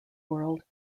world